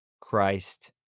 christ